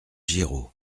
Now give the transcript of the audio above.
giraud